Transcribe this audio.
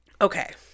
Okay